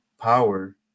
power